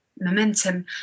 momentum